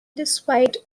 despite